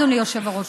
אדוני היושב-ראש,